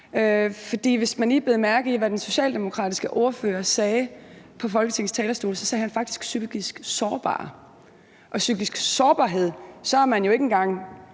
hvis man lige bed mærke i, hvad den socialdemokratiske ordfører sagde på Folketingets talerstol, så sagde han faktisk »psykisk sårbare», og ved psykisk sårbarhed er man jo ikke en gang